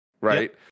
Right